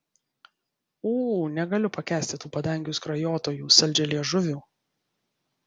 ū negaliu pakęsti tų padangių skrajotojų saldžialiežuvių